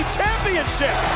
championship